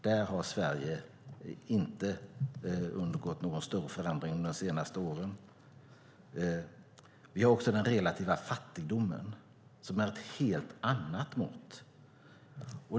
Där har Sverige inte undergått någon större förändring de senaste åren. Det andra är den relativa fattigdomen, som är ett helt annat mått.